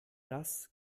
das